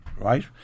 Right